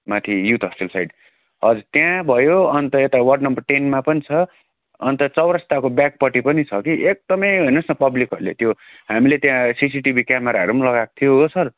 माथि youth hostel side हजुर त्यहाँ भयो अन्त यता वार्ड नम्बर टेनमा पनि छ अन्त चौरस्ताको ब्याकपट्टि पनि छ कि एकदमै हेर्नुहोस् न पब्लिकहरूले त्यो हामीले त्यहाँ सिसिटिभी क्यामराहरू पनि लगाएको थियो हो सर